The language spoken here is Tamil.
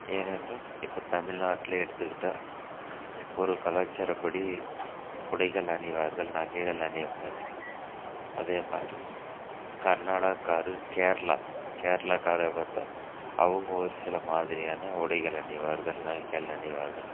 ஏனென்றால் இப்போ தமிழ்நாட்டில் எடுத்துக்கிட்டால் ஒரு கலாச்சார படி உடைகள் அணிவார்கள் நகைகள் அணிவார்கள் அதே மாதிரி கர்நாடகாக்காரு கேரளா கேரளாக்கார பார்த்தா அவங்க ஒரு சில மாதிரியான உடைகள் அணிவார்கள் நகைகள் அணிவார்கள்